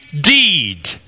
deed